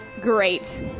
Great